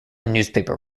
newspaper